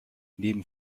neben